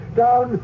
down